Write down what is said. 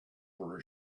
for